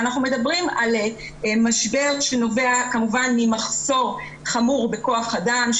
אנחנו מדברים על משבר שנגרם ממחסור חמור בכוח אדם,